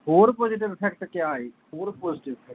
ਹੋਰ positive effect ਕਿਆ ਹੈ ਹੋਰ ਪੋਜਟਿਵ ਅਫੈਕਟ